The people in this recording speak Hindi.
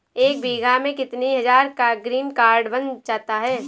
एक बीघा में कितनी हज़ार का ग्रीनकार्ड बन जाता है?